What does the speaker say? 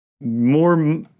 more